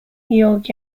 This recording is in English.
york